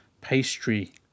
pastry